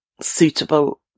suitable